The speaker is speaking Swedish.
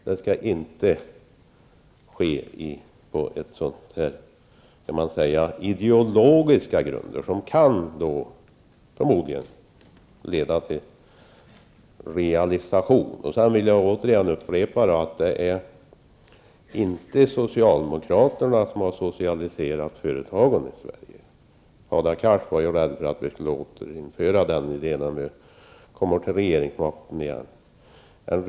Det skall inte få ske på ideologiska grunder, som förmodligen kan leda till realisation. Jag vill upprepa att det inte är socialdemokraterna som har socialiserat företagen i Sverige. Hadar Cars sade att vi skulle återinföra den principen när vi åter kommer i regeringsställning.